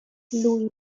lui